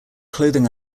clothing